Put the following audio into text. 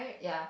ya